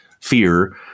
fear